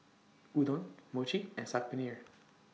Udon Mochi and Saag Paneer